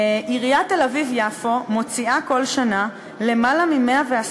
עיריית תל-אביב-יפו מוציאה כל שנה למעלה מ-110